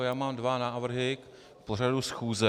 Já mám dva návrhy k pořadu schůze.